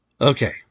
Okay